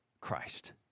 Christ